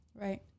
right